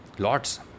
Lots